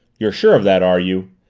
you're sure of that, are you?